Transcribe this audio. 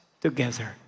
together